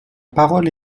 parole